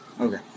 Okay